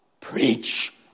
Preach